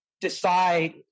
decide